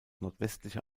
nordwestliche